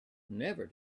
never